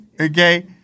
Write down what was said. Okay